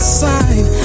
sign